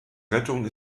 rettung